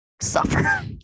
suffer